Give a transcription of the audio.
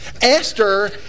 Esther